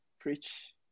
Preach